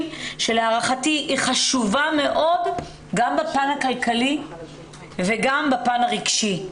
שלהערכתי היא חשובה מאוד גם בפן הכלכלי וגם בפן הרגשי.